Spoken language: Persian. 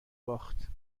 باخت